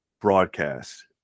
broadcast